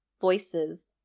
voices